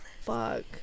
fuck